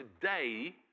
today